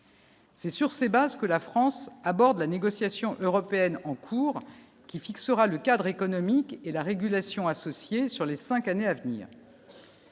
C'est sur ces bases que la France aborde la négociation européenne en cours, qui fixera le cadre économique et la régulation associée sur les 5 années à venir,